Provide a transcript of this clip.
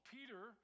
Peter